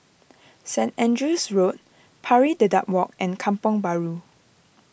Saint Andrew's Road Pari Dedap Walk and Kampong Bahru